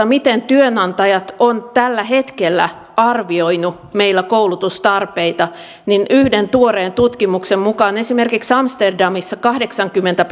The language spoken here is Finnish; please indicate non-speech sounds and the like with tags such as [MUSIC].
[UNINTELLIGIBLE] miten työnantajat ovat tällä hetkellä arvioineet meillä koulutustarpeita niin yhden tuoreen tutkimuksen mukaan esimerkiksi amsterdamissa kahdeksankymmentä [UNINTELLIGIBLE]